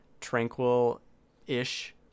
tranquil-ish